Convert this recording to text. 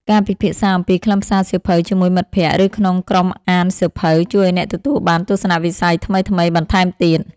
ការពិភាក្សាអំពីខ្លឹមសារសៀវភៅជាមួយមិត្តភក្ដិ ឬក្នុងក្រុមអានសៀវភៅ ជួយឱ្យអ្នកទទួលបានទស្សនវិស័យថ្មីៗបន្ថែមទៀត។